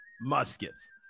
Muskets